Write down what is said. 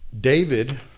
david